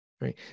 right